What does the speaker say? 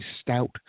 stout